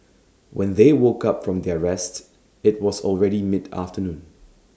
when they woke up from their rest IT was already mid afternoon